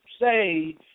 say